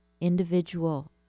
individual